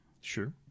Sure